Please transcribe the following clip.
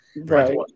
right